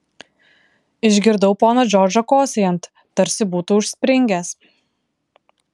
išgirdau poną džordžą kosėjant tarsi būtų užspringęs